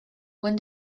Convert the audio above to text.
when